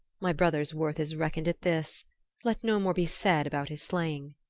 my brother's worth is reckoned at this let no more be said about his slaying.